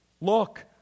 Look